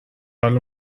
الان